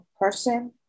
person